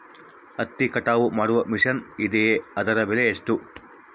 ಹತ್ತಿ ಕಟಾವು ಮಾಡುವ ಮಿಷನ್ ಇದೆಯೇ ಅದರ ಬೆಲೆ ಎಷ್ಟು?